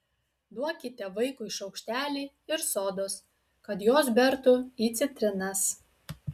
duokite vaikui šaukštelį ir sodos kad jos bertų į citrinas